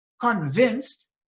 convinced